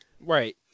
Right